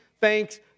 thanks